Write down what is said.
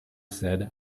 said